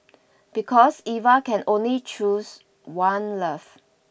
because Eva can only choose one love